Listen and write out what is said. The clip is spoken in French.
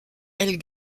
elle